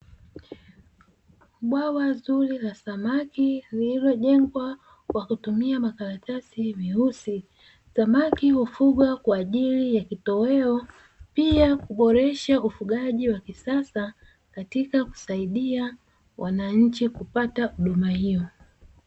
Bwawa zuri la samaki, lililojengwa kwa kutumia makaratasi meusi. Samaki hufugwa kwa ajili ya kitoweo, pia kuboresha ufugaji wa kisasa katika kusaidia wananchi kupata huduma hiyo.